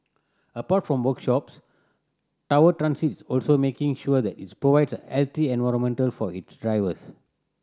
apart from workshops Tower Transit is also making sure that its provides a healthy environmental for its drivers